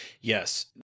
Yes